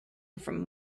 from